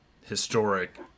historic